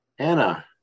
Anna